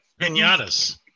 Pinatas